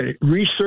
research